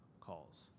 calls